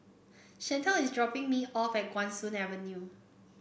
Shantell is dropping me off at Guan Soon Avenue